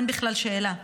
אין בכלל שאלה.